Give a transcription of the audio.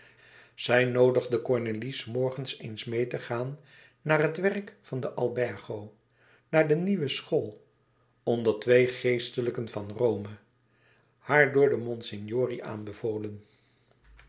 zij noodigde cornélie s morgens eens meê te gaan naar het werk van de albergo naar de nieuwe school onder twee geestelijken van rome haar door de monsignori aanbevolen